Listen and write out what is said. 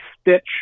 stitch